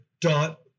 dot